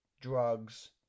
drugs